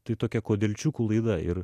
tai tokia kodėlčiukų laida ir